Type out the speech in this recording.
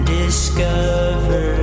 discover